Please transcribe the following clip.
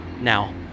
Now